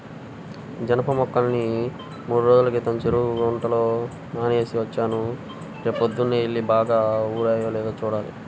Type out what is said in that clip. జనప మొక్కల్ని మూడ్రోజుల క్రితం చెరువు గుంటలో నానేసి వచ్చాను, రేపొద్దన్నే యెల్లి బాగా ఊరాయో లేదో చూడాలి